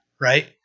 right